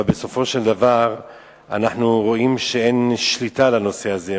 אבל בסופו של דבר אנחנו רואים שאין שליטה על הנושא הזה.